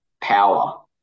power